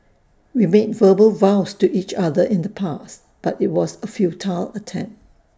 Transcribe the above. we made verbal vows to each other in the past but IT was A futile attempt